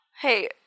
Hey